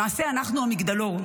למעשה, אנחנו המגדלור,